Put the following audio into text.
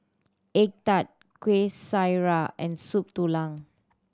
egg tart Kuih Syara and Soup Tulang